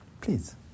Please